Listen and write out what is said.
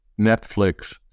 Netflix